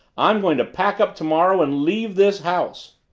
i'm going to pack up tomorrow and leave this house.